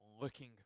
looking